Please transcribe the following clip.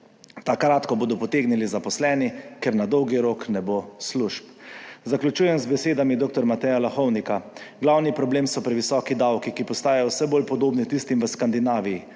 takrat, ko bodo potegnili zaposleni, ker na dolgi rok ne bo služb. Zaključujem z besedami dr. Mateja Lahovnika: »Glavni problem so previsoki davki, ki postajajo vse bolj podobni tistim v Skandinaviji,